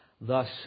Thus